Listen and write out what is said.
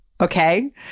okay